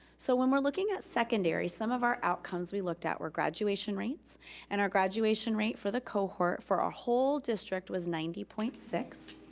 so when we're looking at secondary, some of our outcomes we looked at were graduation rates and our graduation rate for the cohort, for our whole district was ninety point six,